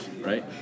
right